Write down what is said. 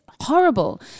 horrible